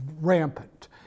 rampant